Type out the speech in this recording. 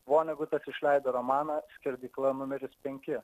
vonegutas išleido romaną skerdykla numeris penki